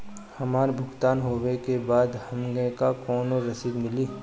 हमार भुगतान होबे के बाद हमके कौनो रसीद मिली?